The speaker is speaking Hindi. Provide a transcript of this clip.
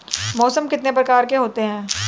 मौसम कितने प्रकार के होते हैं?